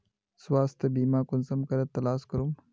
स्वास्थ्य बीमा कुंसम करे तलाश करूम?